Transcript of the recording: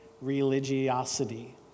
religiosity